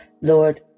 Lord